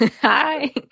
Hi